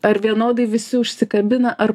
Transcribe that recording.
ar vienodai visi užsikabina ar